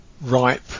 ripe